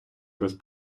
без